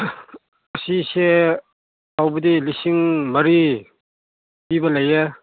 ꯑꯁꯤꯁꯦ ꯇꯧꯕꯗꯤ ꯂꯤꯁꯤꯡ ꯃꯔꯤ ꯄꯤꯕ ꯂꯩꯌꯦ